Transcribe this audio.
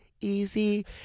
easy